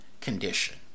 condition